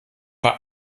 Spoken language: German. war